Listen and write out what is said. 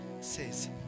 says